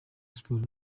siporo